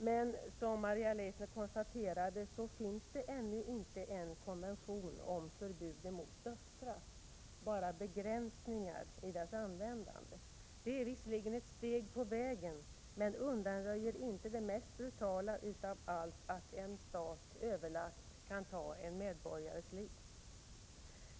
Men som Maria Leissner konstaterat finns det ännu inte en konvention om förbud mot dödsstraff — bara begränsningar i dess användande. Detta är ett steg på vägen, men det undanröjer inte det mest brutala av allt, att en stat överlagt kan ta sina medborgares liv.